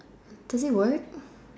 twenty what